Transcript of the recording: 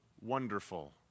Wonderful